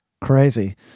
Crazy